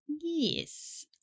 Yes